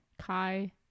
Kai